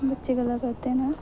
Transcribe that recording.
बच्चे गल्ला करदे न